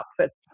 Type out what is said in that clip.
outfits